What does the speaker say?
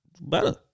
better